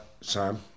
Sam